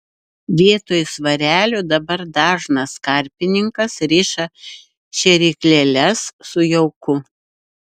vietoj svarelių dabar dažnas karpininkas riša šėryklėles su jauku